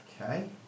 Okay